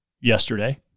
yesterday